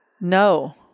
No